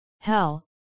Hell